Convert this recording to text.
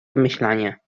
wymyślanie